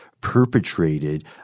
perpetrated